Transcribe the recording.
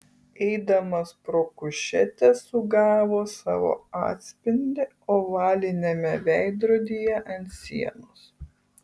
eidamas pro kušetę sugavo savo atspindį ovaliniame veidrodyje ant sienos